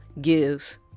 gives